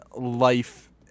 life